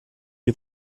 les